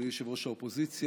אדוני ראש האופוזיציה,